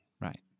Right